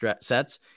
sets